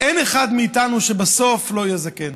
אין אחד מאיתנו שבסוף לא יהיה זקן.